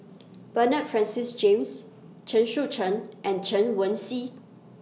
Bernard Francis James Chen Shucheng and Chen Wen Xi